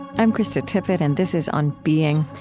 i'm krista tippett, and this is on being.